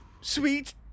sweet